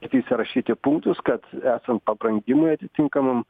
įsirašyti punktus kad esant pabrangimui atitinkamam